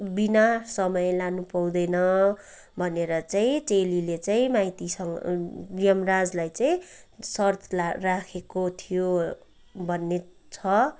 बिना समय लानु पाउँदैन भनेर चाहिँ चेलीले चाहिँ माइतीसँग यमराजलाई चाहिँ सर्त ला राखेको थियो भन्ने छ